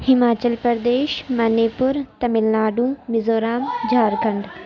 Himachal Pradesh Manipur Tamil Nadu Mizoram Jharkhand